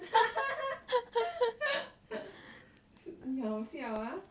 你好笑啊